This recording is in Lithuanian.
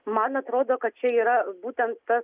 man atrodo kad čia yra būtent tas